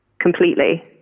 completely